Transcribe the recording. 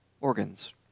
organs